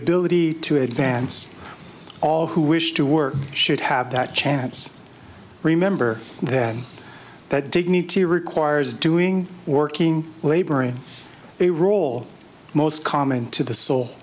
ability to advance all who wish to work should have that chance remember that that dignity requires doing working labor in a role most common to the so